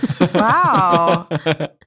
Wow